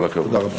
כל הכבוד.